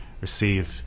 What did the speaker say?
receive